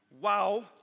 Wow